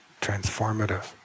transformative